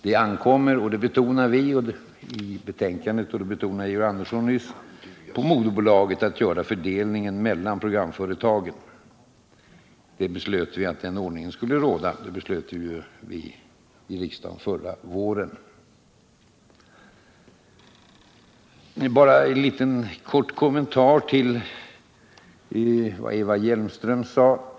Det ankommer — det betonade vi i betänkandet och det betonade Georg Andersson nyss — på moderbolaget att göra fördelningen mellan programföretagen. Att den ordningen skulle råda beslöt vi i riksdagen förra våren. Bara en kort kommentar till det Eva Hjelmström sade.